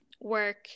work